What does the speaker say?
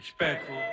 respectful